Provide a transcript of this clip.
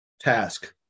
task